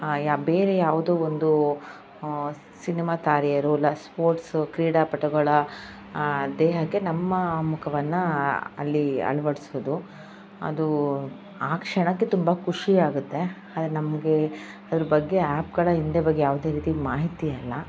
ಬೇರೆ ಯಾವುದೋ ಒಂದು ಸಿನಿಮಾ ತಾರೆಯರು ಇಲ್ಲ ಸ್ಪೋರ್ಟ್ಸು ಕ್ರೀಡಾಪಟುಗಳ ದೇಹಕ್ಕೆ ನಮ್ಮ ಮುಖವನ್ನು ಅಲ್ಲಿ ಅಳವಡಿಸೋದು ಅದು ಆ ಕ್ಷಣಕ್ಕೆ ತುಂಬ ಖುಷಿಯಾಗುತ್ತೆ ಆದರೆ ನಮಗೆ ಅದರ ಬಗ್ಗೆ ಆ್ಯಪ್ಗಳ ಹಿಂದೆ ಬಗ್ಗೆ ಯಾವುದೇ ರೀತಿ ಮಾಹಿತಿ ಇಲ್ಲ